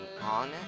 on